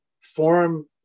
form